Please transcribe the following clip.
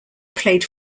played